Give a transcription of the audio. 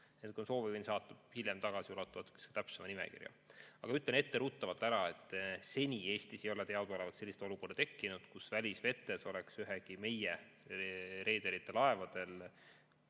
Kui on soovi, võin saata hiljem täpsema nimekirja. Aga ütlen etteruttavalt ära, et seni Eestis ei ole teadaolevalt sellist olukorda tekkinud, kus välisvetes oleks ühegi meie reederite laeval